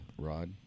rod